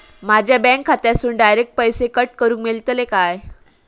माझ्या बँक खात्यासून डायरेक्ट पैसे कट करूक मेलतले काय?